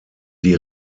die